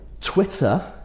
Twitter